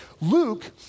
Luke